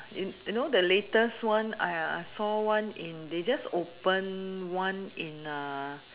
you you know the latest one !aiya! I saw one in they just open one in uh